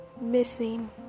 missing